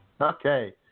Okay